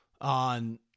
On